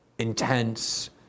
Intense